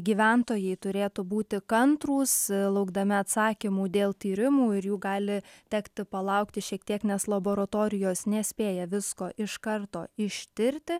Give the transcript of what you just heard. gyventojai turėtų būti kantrūs laukdami atsakymų dėl tyrimų ir jų gali tekti palaukti šiek tiek nes laboratorijos nespėja visko iš karto ištirti